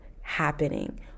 happening